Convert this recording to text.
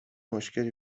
مشکلی